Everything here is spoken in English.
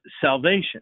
salvation